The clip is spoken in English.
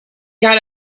got